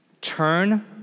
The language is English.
turn